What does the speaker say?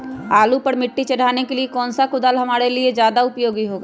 आलू पर मिट्टी चढ़ाने के लिए कौन सा कुदाल हमारे लिए ज्यादा उपयोगी होगा?